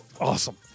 Awesome